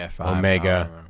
Omega